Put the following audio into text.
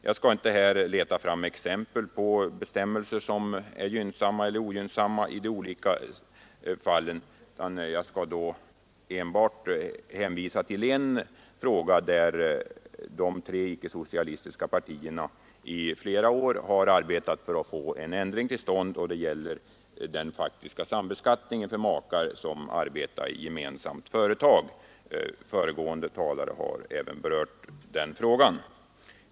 Jag skall här inte ta fram exempel på bestämmelser som är gynnsamma eller ogynnsamma i de olika fallen utan vill enbart hänvisa till en fråga, undanröja ekonomisk diskriminering av äktenskapet undanröja ekonomisk diskriminering av äktenskapet där de tre icke-socialistiska partierna i flera år arbetat för att få till stånd en ändring, nämligen när det gäller den faktiska sambeskattningen för makar som arbetar i gemensamt företag. Även föregående talare har berört denna fråga.